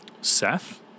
Seth